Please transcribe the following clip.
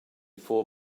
four